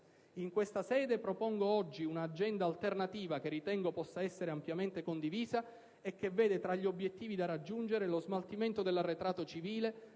in questa sede propongo oggi un'agenda alternativa che ritengo possa essere ampiamente condivisa, e che vede tra gli obiettivi da raggiungere lo smaltimento dell'arretrato civile,